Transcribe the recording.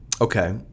Okay